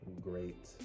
great